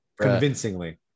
Convincingly